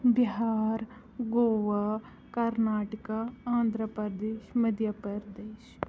Bihar Goa Karnataka Andhra Pradesh Madhya Pradesh